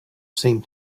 same